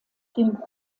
dem